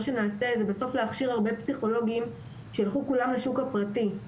שנעשה זה בסוף להכשיר הרבה פסיכולוגים שילכו כולם לשוק הפרטי.